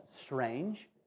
strange